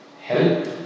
help